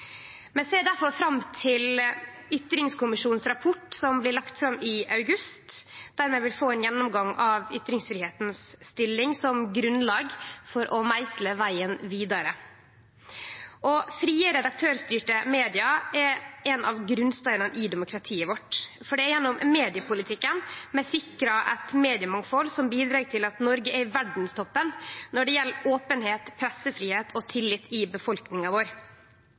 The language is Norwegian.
ser difor fram til ytringskommisjonen sin rapport som blir lagt fram i august. Der vil vi få ein gjennomgang av ytringsfridomen si stilling som grunnlag for å meisle ut vegen vidare. Frie redaktørstyrte media er ein av grunnsteinane i demokratiet vårt, for det er gjennom mediepolitikken vi sikrar eit mediemangfald som bidreg til at Noreg er i verdstoppen når det gjeld openheit, pressefridom og tillit i befolkninga vår.